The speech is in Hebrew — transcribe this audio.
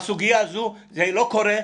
לגבי הסוגיה הזו - זה לא קורה,